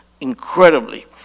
incredibly